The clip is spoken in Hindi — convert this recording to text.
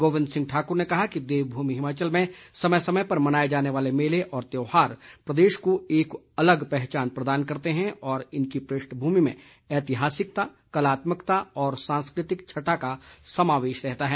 गोविंद सिंह ठाकर ने कहा कि देवभूमि हिमाचल में समय समय पर मनाए जाने वाले मेले व त्यौहार प्रदेश को एक अलग पहचान प्रदान करते हैं और इनकी पृष्ठभूमि में ऐतिहासिकता कलात्मकता और सांस्कृतिक छठा का समावेश रहता है